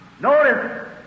Notice